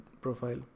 profile